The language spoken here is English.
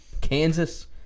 Kansas